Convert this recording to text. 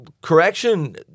Correction